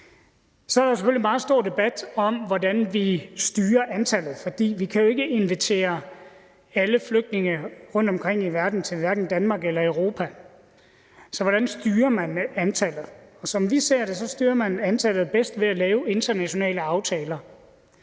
Så er der selvfølgelig en meget stor debat om, hvordan vi styrer antallet, for vi kan jo ikke invitere alle flygtninge rundtomkring i verden til hverken Danmark eller Europa. Så hvordan styrer man antallet? Som vi ser det, styrer man antallet bedst ved at lave internationale aftaler.